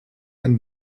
ein